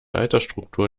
altersstruktur